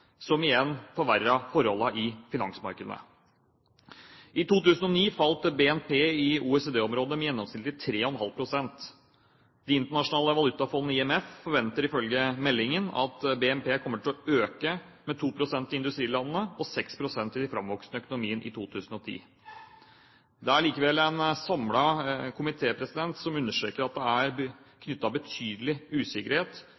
som igjen forverret forholdene i finansmarkedene. I 2009 falt BNP i OECD-området med gjennomsnittlig 3,5 pst. Det internasjonale valutafondet, IMF, forventer ifølge meldingen at BNP kommer til å øke med 2 pst. i industrilandene og 6 pst. i framvoksende økonomier i 2010. Det er likevel en samlet komité som understreker at det er